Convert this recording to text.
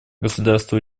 государства